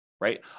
right